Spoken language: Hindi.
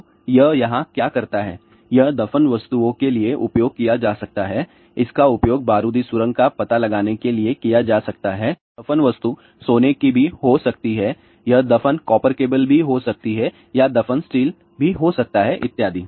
तो यह यहाँ क्या करता है यह दफन वस्तुओं के लिए उपयोग किया जाता है इसका उपयोग बारूदी सुरंग का पता लगाने के लिए किया जा सकता है दफन वस्तु सोने की भी हो सकती है है यह दफन कॉपर केबल भी हो सकती है या दफन स्टील भी हो सकता है इत्यादि